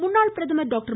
முன்னாள் பிரதமர் டாக்டர்